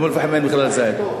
באום-אל-פחם אין בכלל זית.